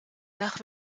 nach